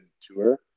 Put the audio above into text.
tour